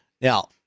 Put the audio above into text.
Now